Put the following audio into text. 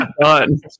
done